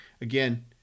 again